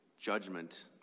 judgment